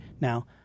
Now